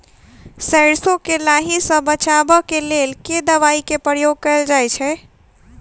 सैरसो केँ लाही सऽ बचाब केँ लेल केँ दवाई केँ प्रयोग कैल जाएँ छैय?